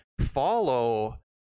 follow